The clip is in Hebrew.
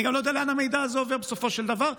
אני גם לא יודע לאן המידע הזה עובר בסופו של דבר,